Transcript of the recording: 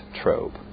trope